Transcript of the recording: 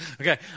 Okay